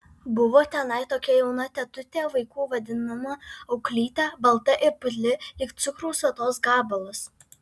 buvo tenai tokia jauna tetutė vaikų vadinama auklyte balta ir putli lyg cukraus vatos gabalas